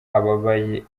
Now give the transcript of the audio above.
ababaye